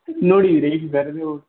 नुआढ़ी बी रेही गेई सर